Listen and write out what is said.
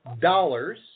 dollars